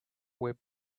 web